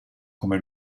come